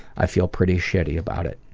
i feel pretty shitty about it.